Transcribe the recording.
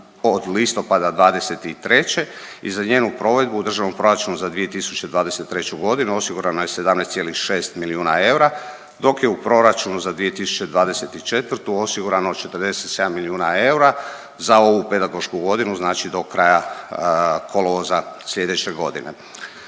od listopada 2023. i za njenu provedbu u Državnom proračunu za 2023. godinu osigurano je 17,6 milijuna eura dok je u proračunu za 2024. osigurano 47 milijuna eura za ovu pedagošku godinu, znači do kraja kolovoza sljedeće godine.